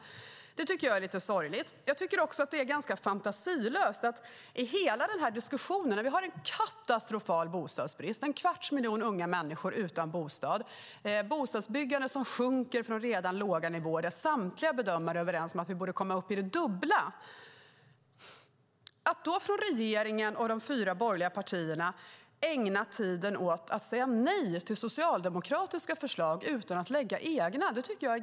Det är sorgligt. Det är fantasilöst att regeringen, de fyra borgerliga partierna, i hela denna diskussion, med en katastrofal bostadsbrist, med en kvarts miljon unga människor utan bostad, bostadsbyggande som sjunker från redan låga nivåer, där samtliga bedömare är överens om att vi borde komma upp i det dubbla, ägnar tiden åt att säga nej till socialdemokratiska förslag utan att lägga fram egna.